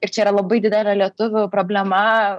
ir čia yra labai didelė lietuvių problema